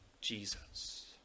Jesus